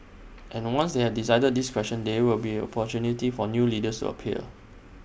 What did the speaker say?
and once they had decided this question there will be the opportunity for new leaders appear